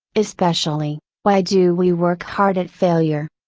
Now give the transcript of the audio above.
especially, why do we work hard at failure?